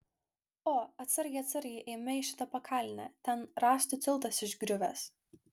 o atsargiai atsargiai eime į šitą pakalnę ten rąstų tiltas išgriuvęs